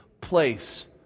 place